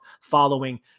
following